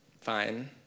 Fine